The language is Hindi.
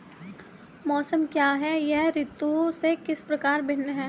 मौसम क्या है यह ऋतु से किस प्रकार भिन्न है?